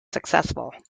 successful